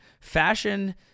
Fashion